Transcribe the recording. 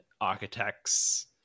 Architects